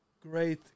great